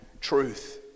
truth